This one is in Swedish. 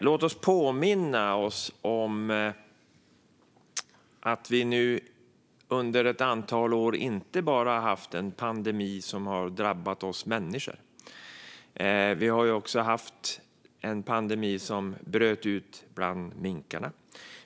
Låt oss påminna oss om att vi nu under ett antal år inte bara har haft en pandemi som har drabbat oss människor; vi har också haft en pandemi som bröt ut bland minkarna.